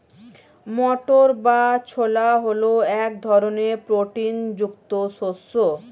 মটর বা ছোলা হল এক ধরনের প্রোটিন যুক্ত শস্য